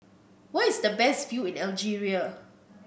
where is the best view in Algeria